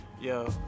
Yo